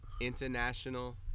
international